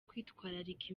kwitwararika